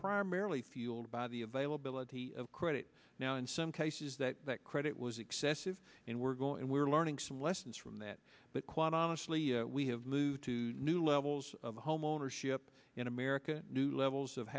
primarily fueled by the availability of credit now in some cases that that credit was excessive and we're going we're learning some lessons from that but quite honestly we have moved to new levels of homeownership in america new levels of